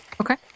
Okay